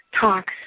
talks